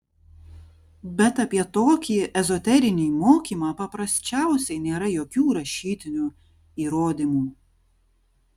bet apie tokį ezoterinį mokymą paprasčiausiai nėra jokių rašytinių įrodymų